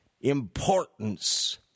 importance